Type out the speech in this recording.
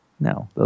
No